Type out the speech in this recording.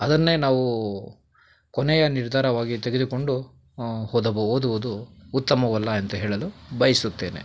ಅದನ್ನೇ ನಾವು ಕೊನೆಯ ನಿರ್ಧಾರವಾಗಿ ತೆಗೆದುಕೊಂಡು ಓದಬಹು ಓದುವುದು ಉತ್ತಮವಲ್ಲ ಅಂತ ಹೇಳಲು ಬಯಸುತ್ತೇನೆ